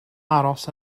aros